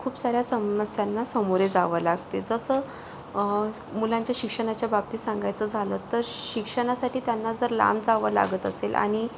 खूप साऱ्या समस्यांना सामोरे जावे लागते जसं मुलांच्या शिक्षणाच्या बाबतीत सांगायचं झालं तर शिक्षणासाठी त्यांना जर लांब जावं लागत असेल